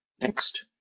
Next